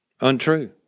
untrue